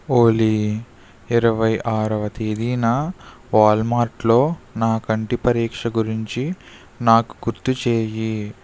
ఓలీ ఇరవై ఆరవ తేదీన వాల్మార్ట్లో నా కంటి పరీక్ష గురించి నాకు గుర్తు చేయి